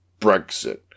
Brexit